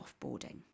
offboarding